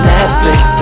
Netflix